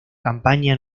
campaña